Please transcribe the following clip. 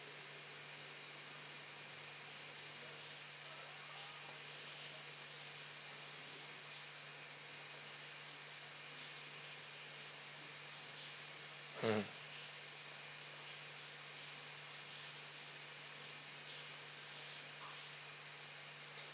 mm